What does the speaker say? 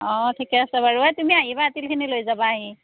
অঁ ঠিকে আছে বাৰু এই তুমি আহিবা তিলখিনি লৈ যাবাহি